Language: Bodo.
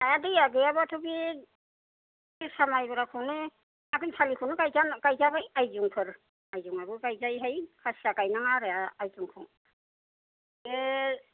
आर दैया गैयाबाथ' बे जोसा मायब्राखौनो आघोनसालिखौनो गायजानो गायजाबाय आयजंफोर आयजंआबो गायजायोहाय खासिया गायनाङा आरो आयजंखौ बे